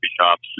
shops